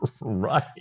Right